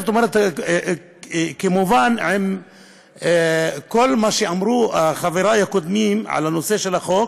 וזה כמובן עם כל מה שאמרו חברי הקודמים על החוק,